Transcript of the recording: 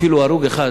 אפילו הרוג אחד,